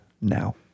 now